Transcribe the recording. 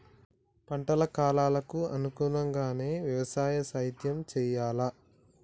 పంటల కాలాలకు అనుగుణంగానే వ్యవసాయ సేద్యం చెయ్యాలా?